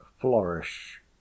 Flourish